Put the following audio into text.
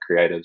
creatives